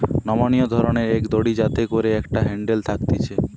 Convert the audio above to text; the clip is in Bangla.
নমনীয় ধরণের এক দড়ি যাতে করে একটা হ্যান্ডেল থাকতিছে